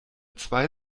zwei